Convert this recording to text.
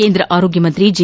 ಕೇಂದ್ರ ಆರೋಗ್ಯ ಸಚವ ಜೆ